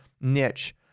niche